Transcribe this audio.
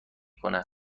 کنه